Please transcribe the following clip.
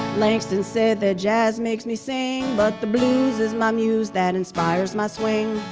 langston said that jazz makes me sing, but the blues is my muse that inspires my swing.